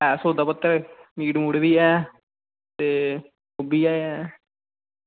एह् सौदा पत्तर मीट बी ऐ ते ओहबी ऐ